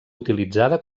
utilitzada